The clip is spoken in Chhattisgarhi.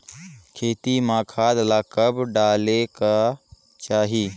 खेती म खाद ला कब डालेक चाही?